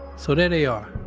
so, there they are.